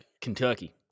Kentucky